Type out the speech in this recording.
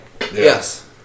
Yes